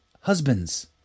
husbands